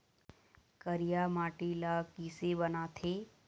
करिया माटी ला किसे बनाथे?